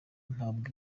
mpabwa